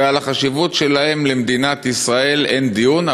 ועל החשיבות שלהם למדינת ישראל אין דיון,